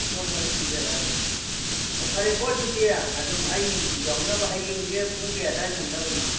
ꯑꯍꯣꯏ ꯍꯣꯏ ꯊꯤꯟꯖꯔꯛꯑꯒꯦ ꯑꯣ ꯐꯔꯦꯀꯣ ꯑꯗꯨꯗꯤ ꯑꯗꯨꯝ ꯑꯩ ꯌꯧꯅꯕ ꯍꯌꯦꯡꯁꯦ ꯄꯨꯡ ꯀꯌꯥ ꯑꯗꯨꯋꯥꯏ ꯅꯪꯅꯕꯅꯣ